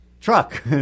truck